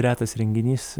retas renginys